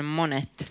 monet